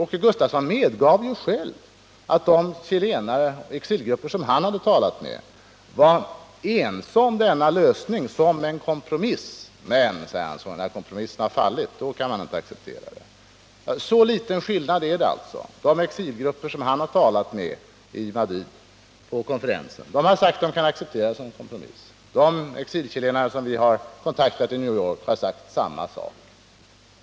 Åke Gustavsson medgav själv att de exilgrupper han hade talat med accepterade denna lösning som en kompromiss. Men när kompromissen har fallit, då kan man inte acceptera det. Så liten skillnad är det alltså: De exilgrupper som Åke Gustavsson har talat med på konferensen i Madrid har sagt att de kan acceptera detta som en kompromiss. De exilchilenare i New York sen vi har kontaktat har sagt samma sak.